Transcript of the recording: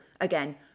Again